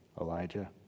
Elijah